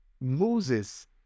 Moses